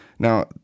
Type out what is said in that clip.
Now